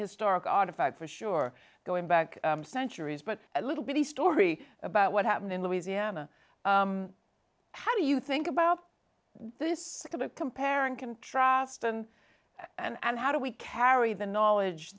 historic artifact for sure going back centuries but a little bitty story about what happened in louisiana how do you think about this going to compare and contrast and and how do we carry the knowledge